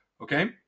Okay